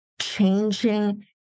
changing